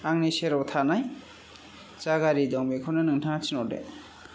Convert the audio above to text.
आंनि सेराव थानाय जा गारि दं नोंथाङा बेखौनो थिनहरदो